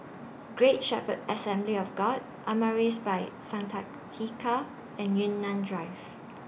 Great Shepherd Assembly of God Amaris By Santika and Yunnan Drive